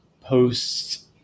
posts